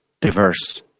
diverse